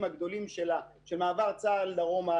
הגדולים שלה של מעבר צה"ל דרומה,